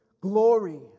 glory